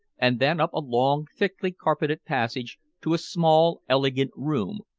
and then up a long thickly-carpeted passage to a small, elegant room,